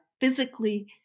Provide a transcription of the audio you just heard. physically